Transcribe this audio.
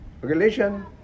Religion